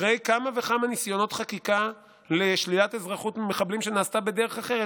אחרי כמה וכמה ניסיונות חקיקה לשלילת אזרחות ממחבלים שנעשתה בדרך אחרת,